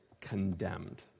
condemned